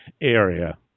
area